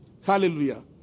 Hallelujah